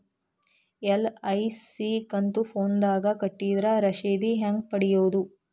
LIC ಕಂತು ಫೋನದಾಗ ಕಟ್ಟಿದ್ರ ರಶೇದಿ ಹೆಂಗ್ ಪಡೆಯೋದು?